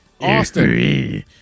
Austin